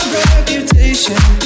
reputation